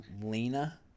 lena